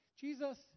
Jesus